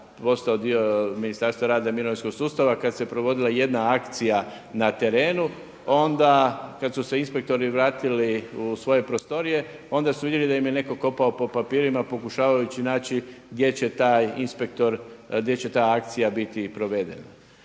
postao dio Ministarstva rada i mirovinskog sustava, kada se provodila jedna akcija na terenu, onda kada su se inspektori vratili u svoje prostorije onda su vidjeli da im je netko kopao po papirima pokušavajući naći gdje će taj inspektor,